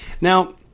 Now